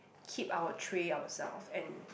keep our tray ourself and